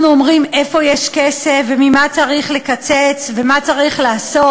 אנחנו אומרים איפה יש כסף וממה צריך לקצץ ומה צריך לעשות,